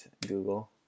Google